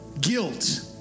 Guilt